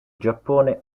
giappone